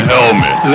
Helmet